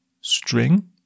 string